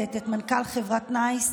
ומכבדת את מנכ"ל חברת נייס,